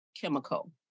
chemical